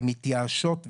הן מתייאשות וכולי.